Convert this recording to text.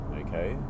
okay